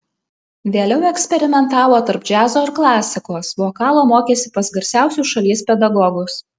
vėliau eksperimentavo tarp džiazo ir klasikos vokalo mokėsi pas garsiausiu šalies pedagogus